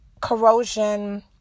corrosion